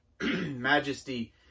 majesty